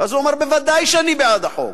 אז הוא אמר: בוודאי אני בעד החוק,